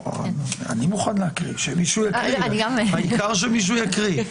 בואו ניגש לקריאה ונבקש מכם להסביר תקנה-תקנה,